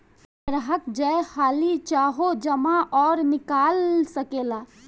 ग्राहक जय हाली चाहो जमा अउर निकाल सकेला